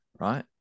Right